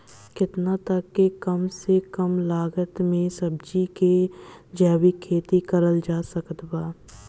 केतना तक के कम से कम लागत मे सब्जी के जैविक खेती करल जा सकत बा?